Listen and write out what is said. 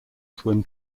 swim